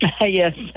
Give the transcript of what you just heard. Yes